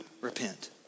repent